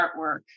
artwork